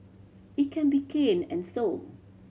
it can be canned and sold